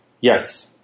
Yes